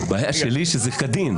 הבעיה שלי שזה כדין.